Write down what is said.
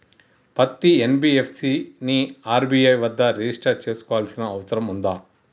పత్తి ఎన్.బి.ఎఫ్.సి ని ఆర్.బి.ఐ వద్ద రిజిష్టర్ చేసుకోవాల్సిన అవసరం ఉందా?